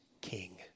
King